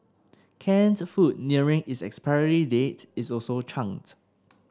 canned food nearing its expiry date is also chucked